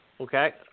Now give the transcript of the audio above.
Okay